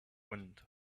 wind